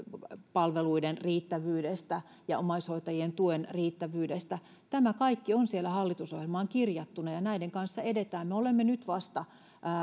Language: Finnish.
palveluiden riittävyydestä ja omaishoitajien tuen riittävyydestä tämä kaikki on hallitusohjelmaan kirjattuna ja näiden kanssa edetään me olemme nyt vasta